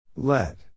Let